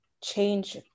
change